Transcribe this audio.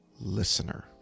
listener